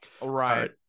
Right